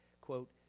quote